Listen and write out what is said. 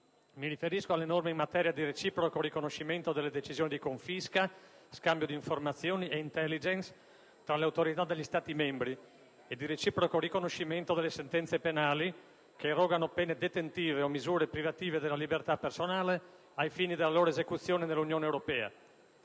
Mi riferisco alle norme in materia di reciproco riconoscimento delle decisioni di confisca, di scambio di informazioni e *intelligence* tra le autorità degli Stati membri e di reciproco riconoscimento delle sentenze penali che irrogano pene detentive o misure privative della libertà personale, ai fini della loro esecuzione nell'Unione Europea.